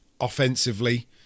offensively